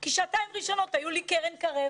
כי שעתיים ראשונת היו לי קרן קר"ב.